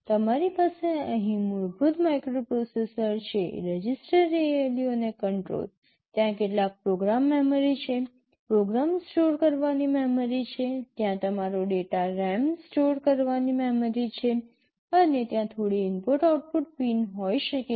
તમારી પાસે અહીં મૂળભૂત માઇક્રોપ્રોસેસર છે રજિસ્ટર ALU અને કંટ્રોલ ત્યાં કેટલાક પ્રોગ્રામ મેમરી છે પ્રોગ્રામ સ્ટોર કરવાની મેમરી છે ત્યાં તમારો ડેટા સ્ટોર કરવાની મેમરી છે અને ત્યાં થોડી ઇનપુટ આઉટપુટ પિન હોઈ શકે છે